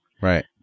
Right